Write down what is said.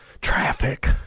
traffic